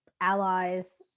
allies